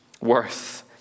worth